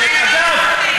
אגב,